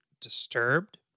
disturbed